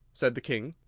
said the king.